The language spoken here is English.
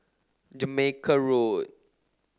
Jamaica Road